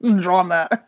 Drama